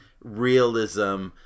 realism